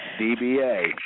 DBA